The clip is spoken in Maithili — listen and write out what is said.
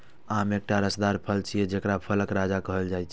आम एकटा रसदार फल छियै, जेकरा फलक राजा कहल जाइ छै